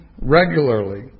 regularly